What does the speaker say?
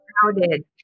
crowded